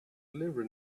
deliver